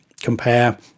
compare